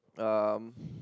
uh